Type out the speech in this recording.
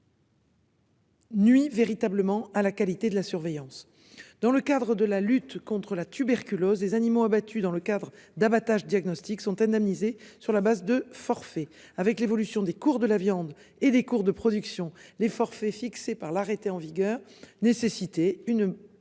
Nuit véritablement à la qualité de la surveillance dans le cadre de la lutte contre la tuberculose, des animaux abattus dans le cadre d'abattage diagnostic sont indemnisés sur la base de forfait avec l'évolution des cours de la viande et des cours de production les forfaits fixée par l'arrêté en vigueur nécessité une mise